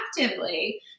actively